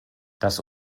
das